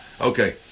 Okay